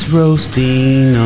roasting